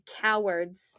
cowards